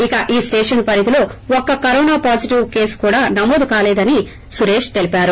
ఇక ఈ స్టేషన్ పరిధిలో ఒక్క కరోనా పొజిటివ్ కేసు నమోదు కాలేదని సురేష్ తెలిపారు